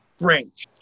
range